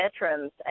veterans